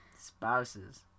Spouses